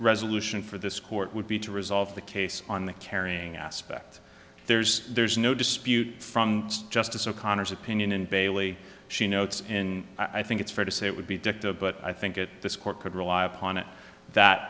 resolution for this court would be to resolve the case on the carrying aspect there's there's no dispute from justice o'connor's opinion in bailey she notes in i think it's fair to say it would be dicta but i think that this court could rely upon it that